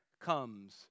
comes